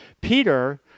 Peter